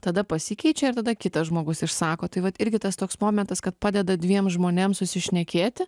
tada pasikeičia ir tada kitas žmogus išsako tai vat irgi tas toks momentas kad padeda dviem žmonėms susišnekėti